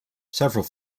several